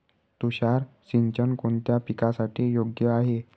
तुषार सिंचन कोणत्या पिकासाठी योग्य आहे?